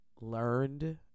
Learned